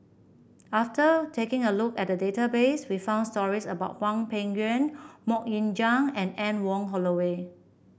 after taking a look at the database we found stories about Hwang Peng Yuan MoK Ying Jang and Anne Wong Holloway